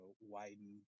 widen